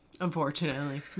Unfortunately